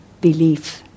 belief